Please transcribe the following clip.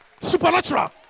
Supernatural